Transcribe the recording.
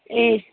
ए